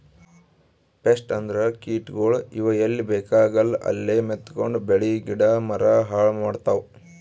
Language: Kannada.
ಪೆಸ್ಟ್ ಅಂದ್ರ ಕೀಟಗೋಳ್, ಇವ್ ಎಲ್ಲಿ ಬೇಕಾಗಲ್ಲ ಅಲ್ಲೇ ಮೆತ್ಕೊಂಡು ಬೆಳಿ ಗಿಡ ಮರ ಹಾಳ್ ಮಾಡ್ತಾವ್